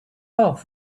off